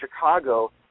Chicago